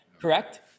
correct